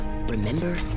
Remember